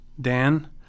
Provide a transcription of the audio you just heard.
Dan